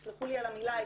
תסלחו לי על המילה,